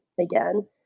again